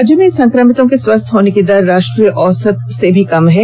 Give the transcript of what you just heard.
राज्य में संक्रमितों के स्वस्थ होने की दर राष्ट्रीय औसत से भी कम हो गयी है